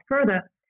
further